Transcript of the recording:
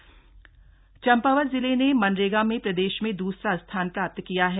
चपावत मनरेगा चम्पावत जिले ने मनरेगा में प्रदेश में दूसरा स्थान प्राप्त किया है